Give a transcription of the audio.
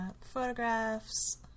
photographs